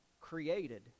created